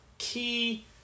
key